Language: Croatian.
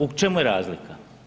U čemu je razlika?